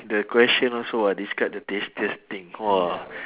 the question also [what] describe the tastiest thing !wah!